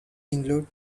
include